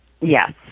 Yes